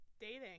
Dating